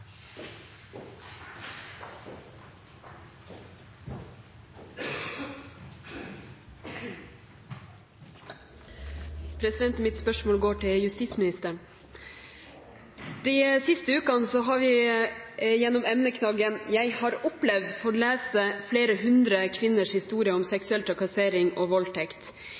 Mitt spørsmål går til justisministeren. De siste ukene har vi gjennom emneknaggen «Jeg har opplevd» fått lese flere hundre kvinners historier om seksuell trakassering og voldtekt.